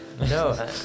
no